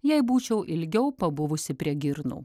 jei būčiau ilgiau pabuvusi prie girnų